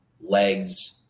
legs